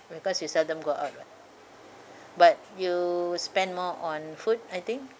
because you seldom go out [what] but you'll spend more on food I think